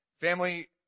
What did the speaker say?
family